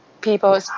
people